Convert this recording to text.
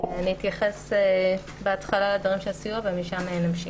אתייחס בהתחלה לדברים של הסיוע המשפטי ומשם נמשיך.